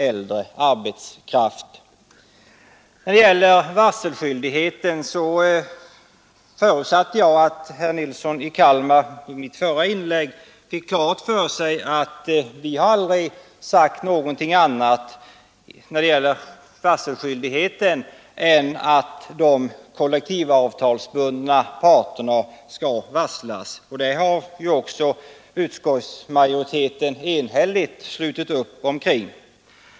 I fråga om varselskyldigheter förutsatte jag att herr Nilsson i Kalmar av mitt förra inlägg fick klart för sig att vi aldrig har sagt någonting annat än att de kollektivavtalsbundna parterna skall varslas. Den meningen har ju också utskottsmajoriteten enhälligt slutit upp kring.